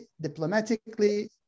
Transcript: diplomatically